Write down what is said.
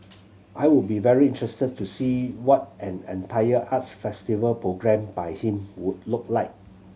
I would be very interested to see what an entire arts festival programmed by him would look like